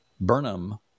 Burnham